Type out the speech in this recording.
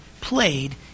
played